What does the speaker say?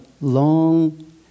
long